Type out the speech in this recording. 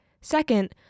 Second